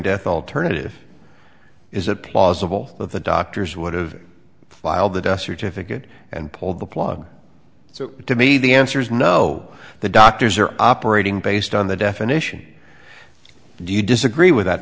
death alternative is it plausible that the doctors would have filed the death certificate and pulled the plug so to me the answer is no the doctors are operating based on the definition do you disagree with that